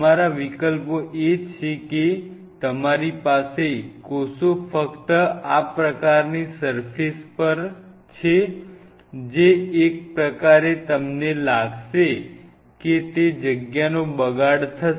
તમારો વિકલ્પો એ છે કે તમારી પાસે કોષો ફક્ત આ પ્રકારની સર્ફેસ પર છે જે એક પ્રકારે તમને લાગશે કે તે જગ્યાનો બગાડ થશે